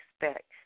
expect